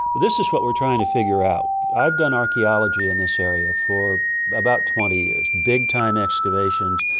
this is what we're trying to figure out. i've done archaeology in this area for about twenty years, big-time excavations,